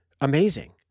Amazing